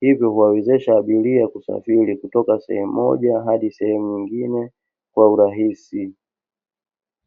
Hivyo, huwawezesha abiria kusafiri kutoka sehemu moja hadi sehemu nyingine kwa urahisi.